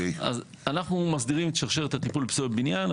אז אנחנו מסדירים את שרשרת הטיפול בפסולת בניין.